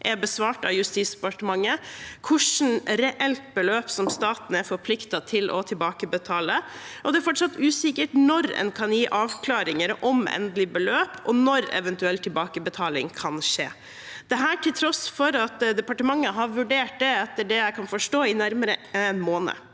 er besvart av Justisdepartementet, hvilket reelt beløp staten er forpliktet til å tilbakebetale. Det er også fortsatt usikkert når en kan gi avklaringer om endelig beløp, og når eventuell tilbakebetaling kan skje – dette til tross for at departementet har vurdert det, etter det jeg kan forstå, i nærmere en måned.